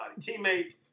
teammates